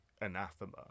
anathema